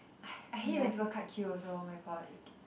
I I hate when people cut queue also oh my god